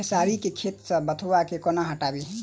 खेसारी केँ खेत सऽ बथुआ केँ कोना हटाबी